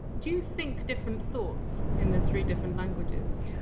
do you think different thoughts in the three different languages?